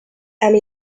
and